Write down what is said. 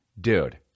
dude